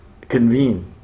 convene